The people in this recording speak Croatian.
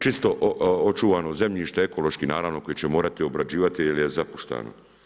Čisto očuvano zemljište, ekološki naravno koje će morati obrađivati jel je zapuštano.